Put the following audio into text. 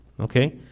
okay